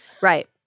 Right